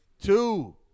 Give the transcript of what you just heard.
Two